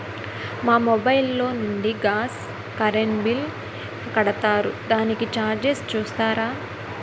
మా మొబైల్ లో నుండి గాస్, కరెన్ బిల్ కడతారు దానికి చార్జెస్ చూస్తారా?